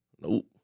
Nope